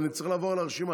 אני צריך לעבור על הרשימה,